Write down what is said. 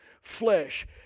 flesh